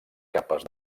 capes